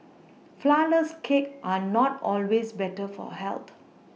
flourless cakes are not always better for health